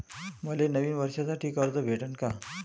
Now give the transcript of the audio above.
मले नवीन वर्षासाठी कर्ज भेटन का?